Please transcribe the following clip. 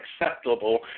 acceptable